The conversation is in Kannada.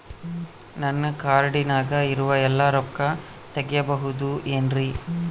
ನನ್ನ ಕಾರ್ಡಿನಾಗ ಇರುವ ಎಲ್ಲಾ ರೊಕ್ಕ ತೆಗೆಯಬಹುದು ಏನ್ರಿ?